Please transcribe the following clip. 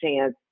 chance